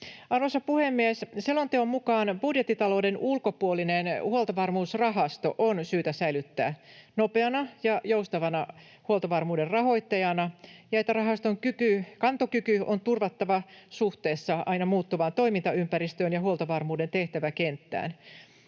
Arvoisa puhemies! Selonteon mukaan budjettitalouden ulkopuolinen Huoltovarmuusrahasto on syytä säilyttää nopeana ja joustavana huoltovarmuuden rahoittajana ja rahaston kantokyky on turvattava suhteessa aina muuttuvaan toimintaympäristöön ja huoltovarmuuden tehtäväkenttään.